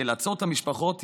נאלצות המשפחות,